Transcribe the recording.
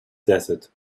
desert